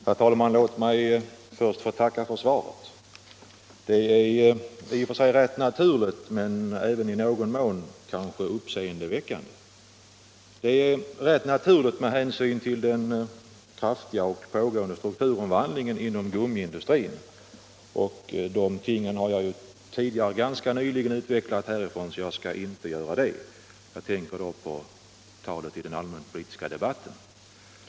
Herr talman! Låt mig först få tacka för svaret. I och för sig är svaret rätt naturligt men i någon mån kanske också uppseendeväckande. Rätt naturligt är det med hänsyn till den kraftiga strukturomvandling som pågår inom gummiindustrin. Dessa frågor har jag ganska nyligen diskuterat här i kammaren, varför jag inte skall göra det nu; jag tänker på anförandet i den allmänpolitiska debatten.